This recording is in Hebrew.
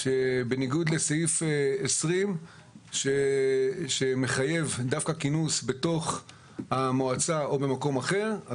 בניגוד לסעיף 20 שמחייב דווקא כינוס בתוך המועצה או במקום אחר.